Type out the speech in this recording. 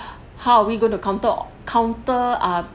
how are we going to counter counter ah